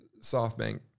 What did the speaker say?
SoftBank